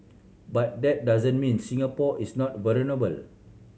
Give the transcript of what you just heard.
but that doesn't mean Singapore is not vulnerable